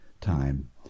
time